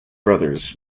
brothers